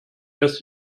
lässt